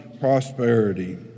prosperity